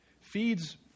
feeds